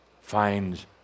finds